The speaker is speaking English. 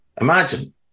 Imagine